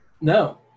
no